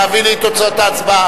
להביא לי את תוצאות ההצבעה.